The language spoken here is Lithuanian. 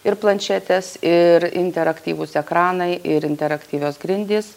ir planšetės ir interaktyvūs ekranai ir interaktyvios grindys